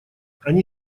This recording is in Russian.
они